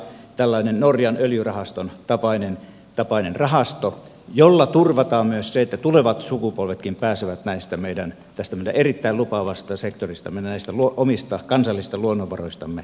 jolla luodaan pikkuhiljaa tällainen norjan öljyrahaston tapainen rahasto jolla turvataan myös se että tulevat sukupolvetkin pääsevät tästä meidän erittäin lupaavasta sektoristamme näistä omista kansallisista luonnonvaroistamme nauttimaan